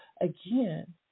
again